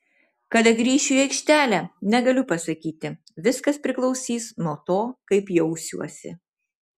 kada grįšiu į aikštelę negaliu pasakyti viskas priklausys nuo to kaip jausiuosi